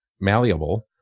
Malleable